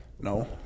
No